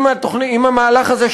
אם המהלך הזה,